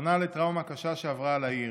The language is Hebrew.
שנה לטראומה קשה שעברה על העיר.